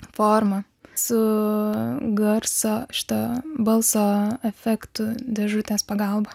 formą su garso šito balso efektu dėžutės pagalba